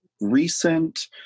recent